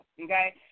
okay